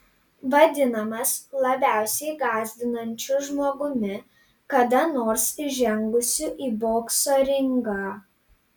vadinamas labiausiai gąsdinančiu žmogumi kada nors įžengusiu į bokso ringą